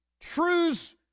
truths